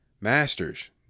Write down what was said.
Masters